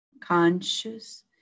conscious